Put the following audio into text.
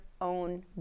Own